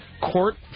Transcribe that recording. Court